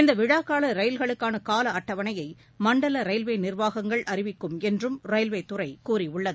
இந்த விழாக்கால ரயில்களுக்கான கால அட்டவணையை மண்டல ரயில்வே நிர்வாகங்கள் அறிவிக்கும் என்றும் ரயில்வே துறை கூறியுள்ளது